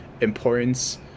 importance